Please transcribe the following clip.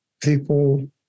people